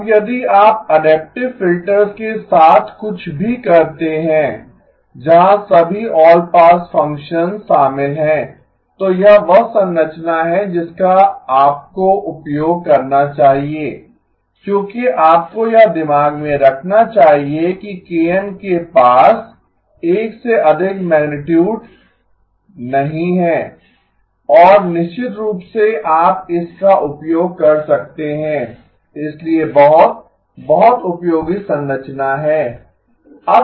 अब यदि आप अडैप्टिव फिल्टर्स के साथ कुछ भी करते हैं जहाँ सभी ऑल पास फ़ंक्शंस शामिल हैं तो यह वह संरचना है जिसका आपको उपयोग करना चाहिए क्योंकि आपको यह दिमाग में रखना चाहिए कि k N के पास 1 से अधिक मैगनीटुड नहीं है और निश्चित रूप से आप इसका उपयोग कर सकते हैं इसलिए बहुत बहुत उपयोगी संरचना है